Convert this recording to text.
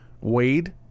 Wade